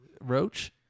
Roach